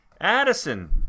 Addison